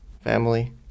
family